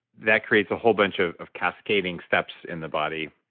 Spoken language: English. that creates a whole bunch of of cascading steps in the body,